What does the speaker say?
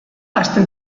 hasten